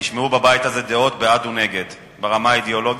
נשמעו דעות בעד ונגד ברמה האידיאולוגית,